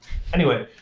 anyway,